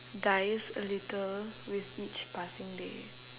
dies a little with each passing day